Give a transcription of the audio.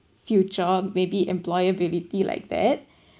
future maybe employability like that